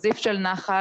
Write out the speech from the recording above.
זרזיף של נחל,